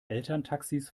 elterntaxis